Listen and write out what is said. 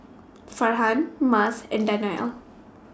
Farhan Mas and Danial